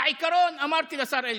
העיקרון, אמרתי לשר אלקין,